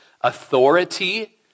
authority